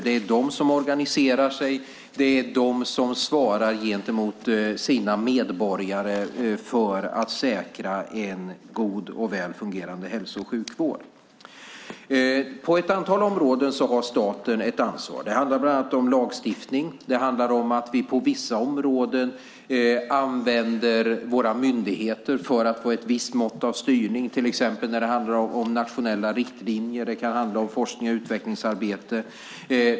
Det är de som organiserar sig, och det är de som svarar gentemot sina medborgare för att säkra en god och väl fungerande hälso och sjukvård. På ett antal områden har staten ett ansvar. Det handlar bland annat om lagstiftning. Det handlar om att vi på vissa områden använder våra myndigheter för att få ett visst mått av styrning, till exempel när det handlar om nationella riktlinjer, forsknings och utvecklingsarbete.